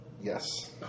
Yes